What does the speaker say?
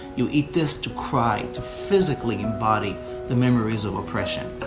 you eat this to cry, to physically embody the memories of oppression.